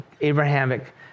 Abrahamic